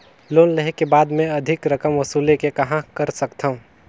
Loan लेहे के बाद मे अधिक रकम वसूले के कहां कर सकथव?